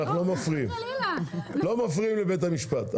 אנחנו לא מפריעים לבית המשפט.